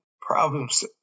problems